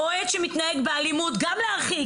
אוהד שמתנהג באלימות גם להרחיק.